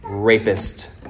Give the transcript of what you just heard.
rapist